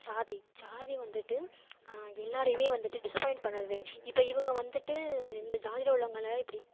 ஜாதி ஜாதி வந்துட்டு எல்லோரையுமே வந்துட்டு டிஸப்பாயிண்ட் பண்ணுறது இப்போ இவங்க வந்துட்டு இந்த ஜாதியில் உள்ளவங்களை இப்படி